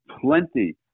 plenty